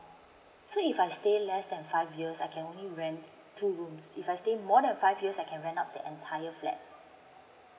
so if I stay less than five years I can only rent two rooms if I stay more than five years I can rent out the entire flat